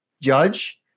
Judge